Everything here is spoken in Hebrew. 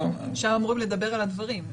--- שם אמורים לדבר על הדברים.